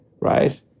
right